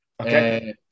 Okay